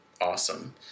awesome